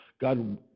God